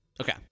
Okay